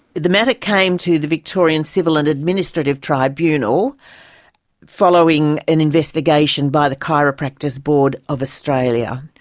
the matter came to the victorian civil and administrative tribunal following an investigation by the chiropractors board of australia.